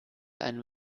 ein